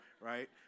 right